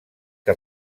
que